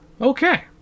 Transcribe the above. Okay